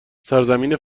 سرزمین